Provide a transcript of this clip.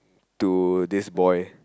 to this boy